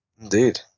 indeed